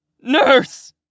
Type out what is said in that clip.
Nurse